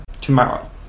tomorrow